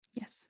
yes